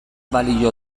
balio